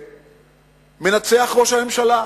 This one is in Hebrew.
מנצח ראש הממשלה.